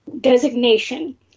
designation